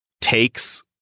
takes